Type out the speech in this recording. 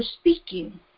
speaking